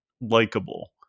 likable